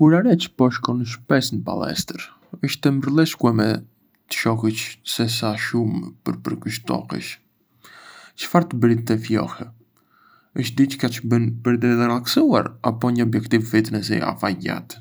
Vura re çë po shkon shpesh në palestër... është e mrekullueshme të shohësh se sa shumë po përkushtohesh. Çfarë të bëri të filloje? Është diçka çë bën për t'u relaksuar apo ke një objektiv fitnesi afatgjatë?